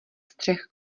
střech